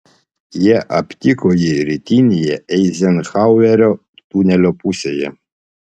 jie aptiko jį rytinėje eizenhauerio tunelio pusėje